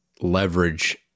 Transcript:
leverage